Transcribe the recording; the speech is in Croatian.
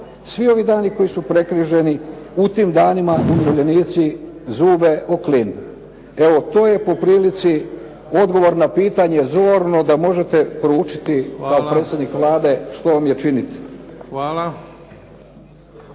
sve ove dane koji su prekriženi, u tim danima umirovljenici zube o klin. Evo, to je po prilici odgovor na pitanje zorno da možete proučiti kao predsjednik Vlade što vam je činiti.